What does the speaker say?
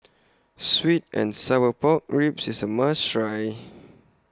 Sweet and Sour Pork Ribs IS A must Try